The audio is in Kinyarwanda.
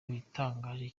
bitangaje